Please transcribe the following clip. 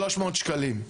300 שקלים.